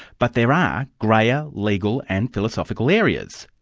but there are greyer legal and philosophical areas.